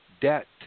debt